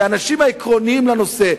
כי האנשים העקרוניים לנושא,